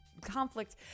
conflict